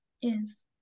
Yes